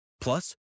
Plus